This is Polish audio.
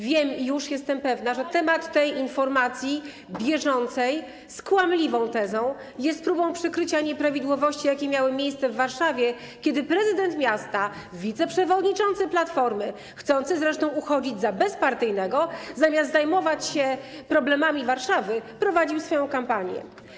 wiem i już jestem pewna, że temat tej informacji bieżącej z kłamliwą tezą jest próbą przykrycia nieprawidłowości, jakie miały miejsce w Warszawie, kiedy prezydent miasta, wiceprzewodniczący Platformy, chcący zresztą uchodzić za bezpartyjnego, zamiast zajmować się problemami Warszawy, prowadził swoją kampanię.